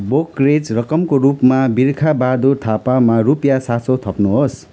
brokerage रकमको रूपमा बिर्खबहादुर थापामा रुपियाँ सात सौ थप्नुहोस्